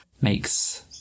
makes